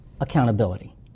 accountability